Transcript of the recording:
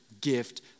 gift